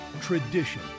tradition